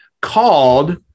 called